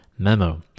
Memo